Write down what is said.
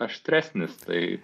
aštresnis tai